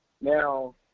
Now